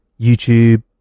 YouTube